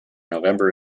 november